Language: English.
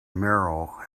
merrill